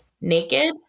naked